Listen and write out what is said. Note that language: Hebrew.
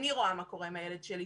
אני רואה מה קורה עם הילד שלי.